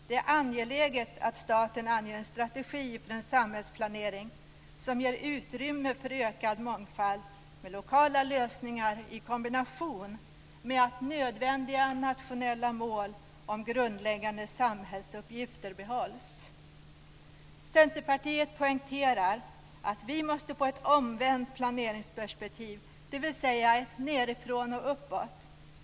Det är angeläget att staten anger en strategi för en samhällsplanering som ger utrymme för ökad mångfald med lokala lösningar i kombination med att nödvändiga nationella mål om grundläggande samhällsuppgifter behålls. Centerpartiet poängterar att vi måste få ett omvänt planeringsperspektiv, dvs. ett perspektiv nedifrån och upp.